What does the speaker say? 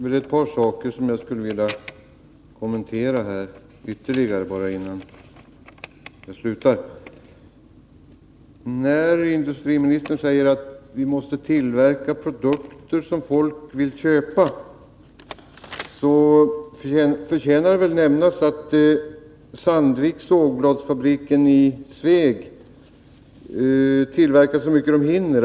Herr talman! Jag skulle vilja kommentera att par saker ytterligare innan jag slutar. Industriministern säger att vi måste tillverka produkter som folk vill köpa. Då förtjänar det att nämnas att man vid Sandviks sågbladsfabrik i Sveg tillverkar så mycket man hinner.